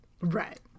Right